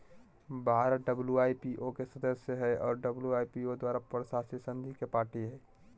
Bharat WIPO के सदस्य हइ और डब्ल्यू.आई.पी.ओ द्वारा प्रशासित संधि के पार्टी हइ